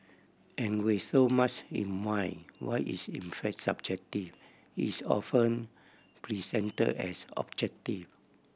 and with so much in wine what is in fact subjective is often present as objective